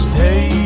Stay